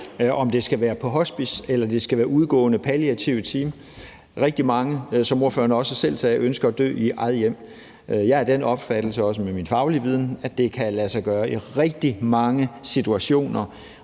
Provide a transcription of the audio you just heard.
om det skal være udgående palliative team. Som ordføreren også selv sagde, ønsker rigtig mange at dø i eget hjem. Jeg er af den opfattelse, også med min faglige viden, at det kan lade sig gøre i rigtig mange situationer.